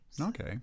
okay